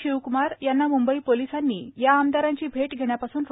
शिवक्मार यांना मुंबई पोलिसांनी या आमदारांची भेट घेण्यापासून रोखलं